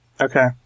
Okay